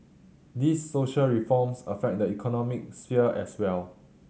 these social reforms affect the economic sphere as well